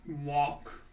walk